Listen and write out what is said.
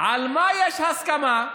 על מה יש הסכמה?